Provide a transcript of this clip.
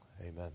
amen